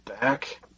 back